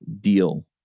deal